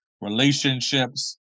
relationships